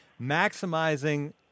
maximizing